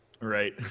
right